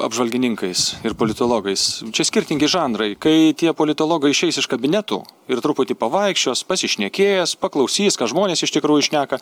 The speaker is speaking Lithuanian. apžvalgininkais ir politologais čia skirtingi žanrai kai tie politologai išeis iš kabinetų ir truputį pavaikščios pasišnekės paklausys ką žmonės iš tikrųjų šneka